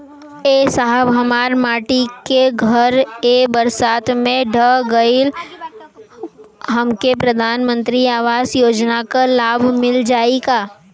ए साहब हमार माटी क घर ए बरसात मे ढह गईल हमके प्रधानमंत्री आवास योजना क लाभ मिल जाई का?